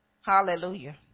Hallelujah